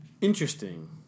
Interesting